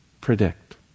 predict